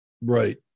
Right